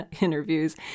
interviews